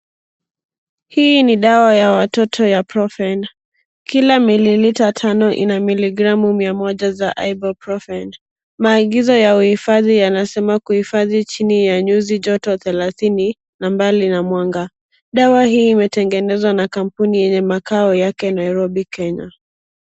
Hii ni dawa ya watoto ya Profen . Kila mililita tano ina milligramu mia moja za Ibuprofen . Maagizo ya uhifadhi yanasema kuhifadhi chini ya nyuzi joto thelathini na mbali na mwanga. Dawa hii imetengenezwa na kampuni yenye makao yake Nairobi Kenya.